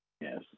Yes